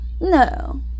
No